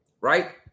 right